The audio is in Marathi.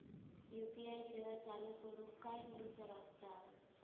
यू.पी.आय सेवा चालू करूक काय करूचा लागता?